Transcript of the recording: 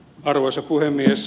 arvoisa puhemies